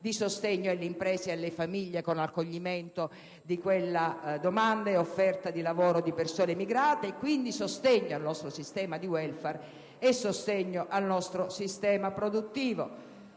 di sostegno alle imprese e alle famiglie con l'accoglimento della domanda e dell'offerta di lavoro alle persone immigrate e, quindi, di sostegno al nostro sistema di *welfare* e al nostro sistema produttivo.